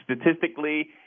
Statistically